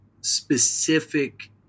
specific